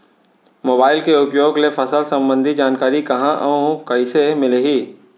Mobile के उपयोग ले फसल सम्बन्धी जानकारी कहाँ अऊ कइसे मिलही?